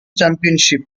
championship